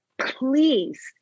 please